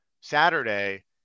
Saturday